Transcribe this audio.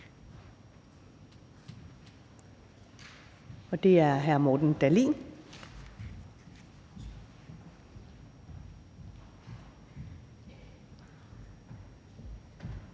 og det er hr. Morten Dahlin.